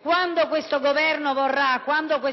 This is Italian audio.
Quando il Governo e